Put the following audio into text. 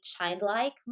childlike